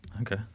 Okay